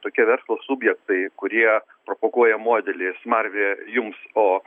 tokie verslo subjektai kurie propaguoja modelį smarvė jums o